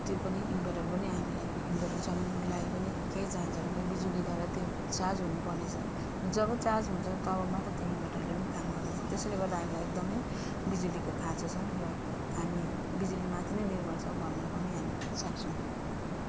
त्यो पनि इन्भर्टर पनि हामीलाई इन्भर्टर चलाउनुको लागि पनि केही चाहिन्छ भने बिजुलीद्वारा त्यो चार्ज हुनुपर्ने छ जब चार्ज हुन्छ तब मात्र त्यो इन्भर्टरले पनि काम गर्दछ त्यसैले गर्दा हामीलाई एकदमै बिजुलीको खाँचो छ र हामी बिजुलीमाथि नै निर्भर छौँ भन्न पनि हामी सक्छौँ